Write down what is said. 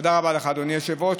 תודה רבה לך, אדוני היושב-ראש.